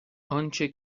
آنچه